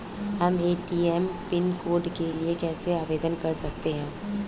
हम ATM pin code के लिए कैसे आवेदन कर सकते हैं?